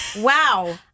Wow